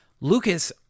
Lucas